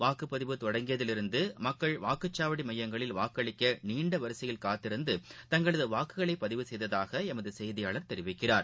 வாக்குப்பதிவு தொடங்கியதில் இருந்து மக்கள் வாக்குச்சாவடி மையங்களில் வாக்களிக்க நீண்ட வரிசையில் காத்திருந்து தங்களது வாக்குகளை பதிவு செய்ததாக எமது செய்தியாளர் தெரிவிக்கிறார்